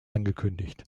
angekündigt